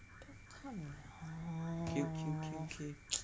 K K K K